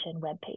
webpage